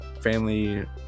family